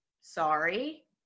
sorry